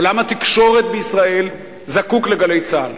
עולם התקשורת בישראל זקוק ל"גלי צה"ל".